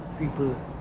people